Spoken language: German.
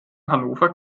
hannover